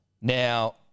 Now